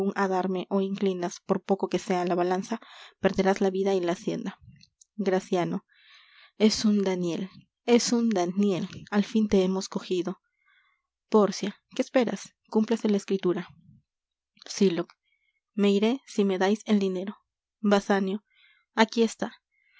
ó inclinas por poco que sea la balanza perderás la vida y la hacienda graciano es un daniel es un daniel al fin te hemos cogido pórcia qué esperas cúmplase la escritura sylock me iré si me dais el dinero basanio aquí está